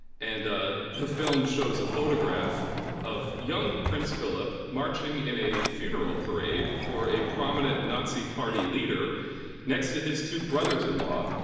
and the film shows a photograph of young prince philip marching in a funeral parade for a prominent nazi party leader next to his two brothers-in-law,